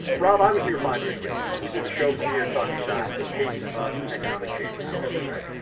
rob, i was here five years ago. we did a show from here talking about the pace of economic change in this country, right?